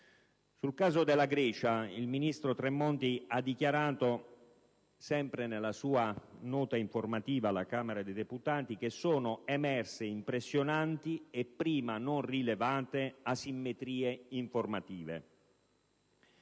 Sul caso della Grecia il ministro Tremonti ha dichiarato, sempre nella sua nota informativa alla Camera dei deputati, che sono emerse impressionanti e prima non rilevate asimmetrie informative.